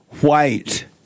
white